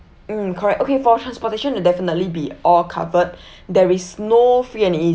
mm correct okay for transportation will definitely be all covered there is no free and easy